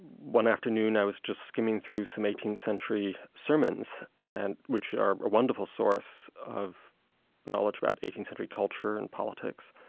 one afternoon i was just skimming through some eighteenth century sermons, and which are a wonderful source of knowledge about eighteenth century culture and politics,